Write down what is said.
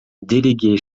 déléguée